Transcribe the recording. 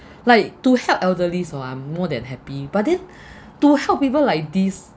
like to help elderlies oh I'm more than happy but then to help people like these